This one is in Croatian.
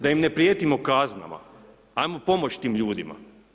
Da im ne prijetimo kaznama, ajmo pomoći tim ljudima.